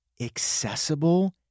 accessible